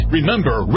Remember